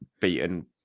beaten